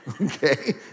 okay